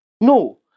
No